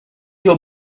your